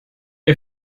dir